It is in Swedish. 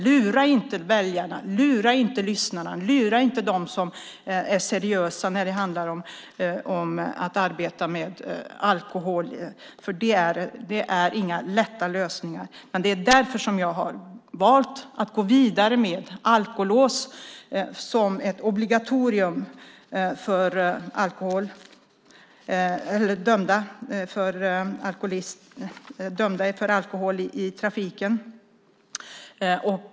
Lura inte väljarna, lura inte lyssnarna, lura inte dem som är seriösa när det handlar om att arbeta med alkohol! Det finns inga lätta lösningar. Det är därför jag har valt att gå vidare med alkolås som ett obligatorium för dömda för alkohol i trafiken.